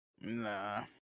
Nah